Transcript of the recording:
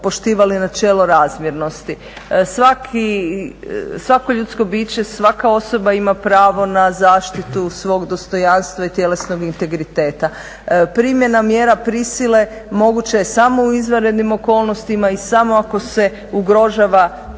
poštivali načelo razmjernost. Svako ljudsko biće, svaka osoba ima pravo na zaštitu svog dostojanstva i tjelesnog integriteta. Primjena mjera prisile moguća je samo u izvanrednim okolnostima i samo ako se ugrožava